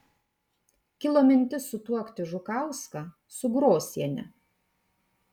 kilo mintis sutuokti žukauską su grosiene